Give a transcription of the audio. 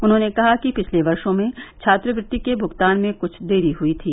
उन्होंने कहा कि पिछले वर्षो में छात्रवृति के भूगतान में क्छ देरी हई थी